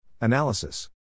Analysis